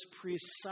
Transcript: precise